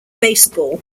baseball